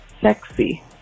sexy